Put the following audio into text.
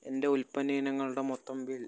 എന്റെ ഉൽപ്പന്ന ഇനങ്ങളുടെ മൊത്തം ബിൽ